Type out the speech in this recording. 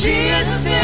Jesus